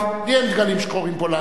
לי אין דגלים שחורים פה.